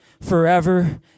forever